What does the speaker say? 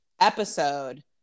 episode